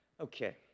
Okay